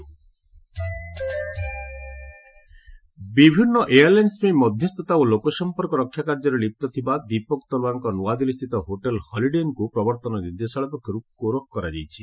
ED Talwar ବିଭିନ୍ନ airlines ପାଇଁ ମଧ୍ୟସ୍ଥତା ଓ ଲୋକସଂପର୍କ ରକ୍ଷା କାର୍ଯ୍ୟରେ ଲିପ୍ତ ଥିବା ଦୀପକ ତଲୱାରଙ୍କ ନୂଆଦିଲ୍ଲୀସ୍ଥିତ ହୋଟେଲ୍ ହଲିଡେ ଇନ୍ କୁ ପ୍ରବର୍ତ୍ତନ ନିର୍ଦ୍ଦେଶାଳୟ ପକ୍ଷରୁ କୋରଖ କରାଯାଇଛି